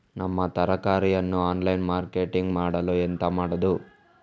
ನಮ್ಮ ತರಕಾರಿಯನ್ನು online marketing ಮಾಡಲು ಎಂತ ಮಾಡುದು?